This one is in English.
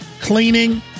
Cleaning